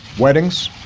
weddings,